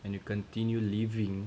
and you continue living